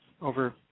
over